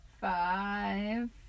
Five